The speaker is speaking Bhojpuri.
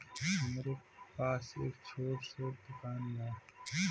हमरे पास एक छोट स दुकान बा